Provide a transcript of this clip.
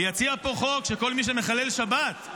ויציע פה חוק שכל מי שמחלל שבת,